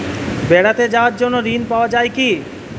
বেড়াতে যাওয়ার জন্য ঋণ পাওয়া যায় কি?